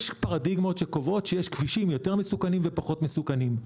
יש פרדיגמות שקובעות שיש כבישים יותר מסוכנים ופחות מסוכנים,